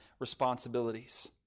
responsibilities